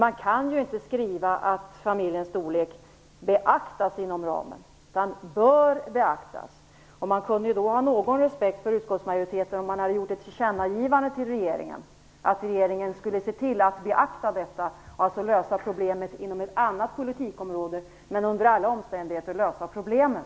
Man kan ju inte skriva att familjens storlek beaktas inom ramen för familjepolitiken, utan man skriver bör beaktas. Man hade kunnat ha någon respekt för utskottsmajoriteten om det hade gjorts ett tillkännagivande till regeringen att regeringen skulle beakta detta, dvs. lösa problemet inom ett annat politikområde men under alla omständigheter lösa problemet.